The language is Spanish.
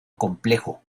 complejo